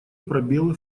пробелы